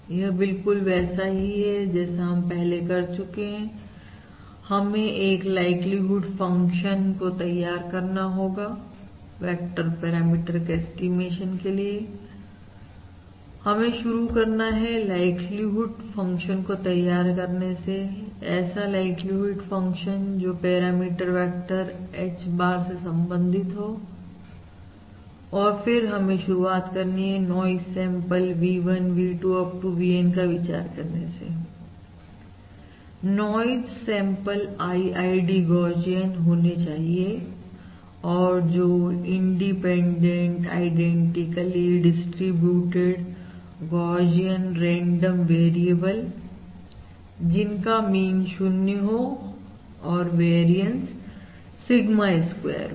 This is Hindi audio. यह बिल्कुल वैसा ही है जैसा हम पहले कर चुके हैं हमें एक लाइक्लीहुड फंक्शन को तैयार करना होगा वेक्टर पैरामीटर H bar के ऐस्टीमेशन के लिए हमें शुरू करना है लाइक्लीहुड फंक्शन को तैयार करने से ऐसा लाइक्लीहुड फंक्शन जो पैरामीटर वेक्टर H bar से संबंधित हो और फिर हमें शुरुआत करनी है noise sample V1 V2 up to VN का विचार करने से नाइज सैंपल IID गौशियन होने चाहिए और जो independent identically distributed Gaussian random variable जिनका मीन 0 हो और वेरियंस सिग्मा स्क्वेयर हो